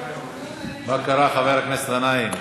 מה קרה, חבר הכנסת גנאים?